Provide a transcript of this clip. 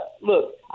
Look